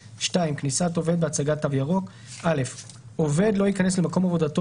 כניסת עובד בהצגת "תו ירוק" עובד לא ייכנס למקום עבודתו